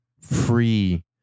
free